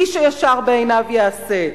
איש הישר בעיניו יעשה.